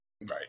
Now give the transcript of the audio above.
right